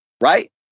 right